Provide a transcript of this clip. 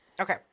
Okay